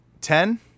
Ten